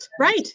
right